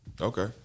Okay